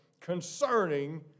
concerning